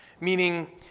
Meaning